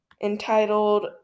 entitled